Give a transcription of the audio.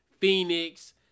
Phoenix